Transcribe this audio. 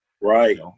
Right